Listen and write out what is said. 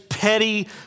petty